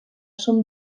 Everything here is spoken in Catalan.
són